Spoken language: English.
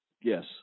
Yes